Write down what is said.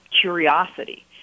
curiosity